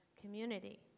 community